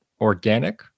organic